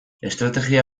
estrategia